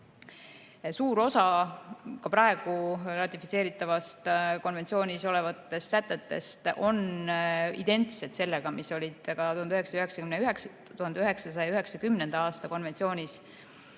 Suur osa praegu ratifitseeritavas konventsioonis olevatest sätetest on identsed sellega, mis olid 1990. aasta konventsioonis